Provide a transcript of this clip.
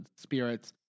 spirits